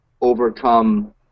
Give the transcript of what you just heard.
overcome